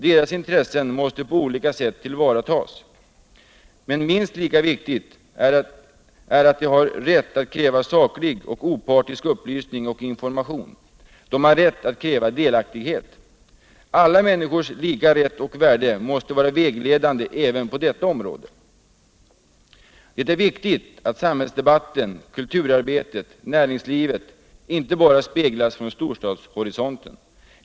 Deras intressen måste på olika sätt tillvaratas. Men minst lika viktigt är att de har rätt att kräva saklig och opartisk upplysning och information. De har rätt att kräva delaktighet. Alla människors lika rätt och värde måste vara vägledande även på detta område. Det är viktigt att samhällsdebatten, kulturarbetet och näringslivet inte bara speglas från storstadshorisonten.